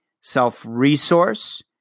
self-resource